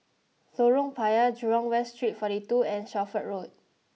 Lorong Payah Jurong West Street forty two and Shelford Road